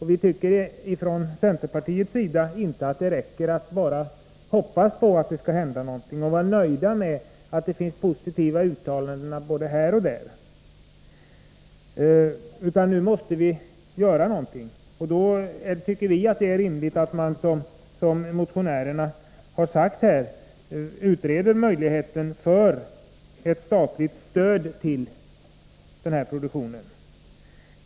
Vi tycker från centerpartiets sida att det inte räcker att bara hoppas på att något skall hända och att vara nöjd med att det här och där finns positiva uttalanden. Nu måste vi göra någonting. Och då tycker vi att det är rimligt att man, som motionärerna har sagt, utreder möjligheten att ge ett statligt stöd till den här produktionen.